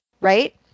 Right